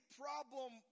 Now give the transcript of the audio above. problem